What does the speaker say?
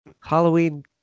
halloween